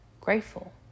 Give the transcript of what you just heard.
grateful